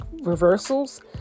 reversals